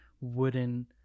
wooden